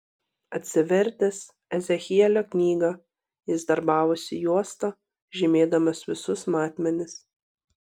atsivertęs ezechielio knygą jis darbavosi juosta žymėdamas visus matmenis